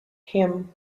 him